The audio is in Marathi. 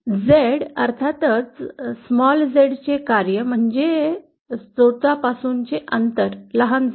Z अर्थात Z चे कार्य म्हणजे स्त्रोत पासूनचे अंतर लहान Z